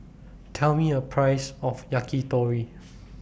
Tell Me A Price of Yakitori